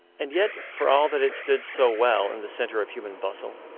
and yet, for all that it stood so well in the centre of human bustle,